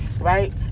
right